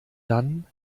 dann